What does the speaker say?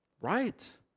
Right